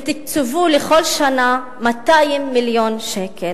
ותקצבו לכל שנה 200 מיליון שקל.